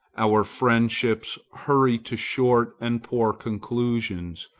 our friendships hurry to short and poor conclusions,